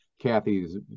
Kathy's